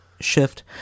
Shift